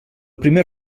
primer